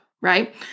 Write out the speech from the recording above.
right